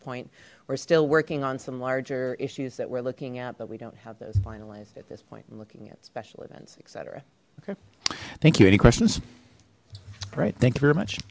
point we're still working on some larger issues that we're looking at but we don't have those finalized at this point in looking at special events etc okay thank you any questions right thank you very much